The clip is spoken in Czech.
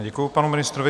Děkuji panu ministrovi.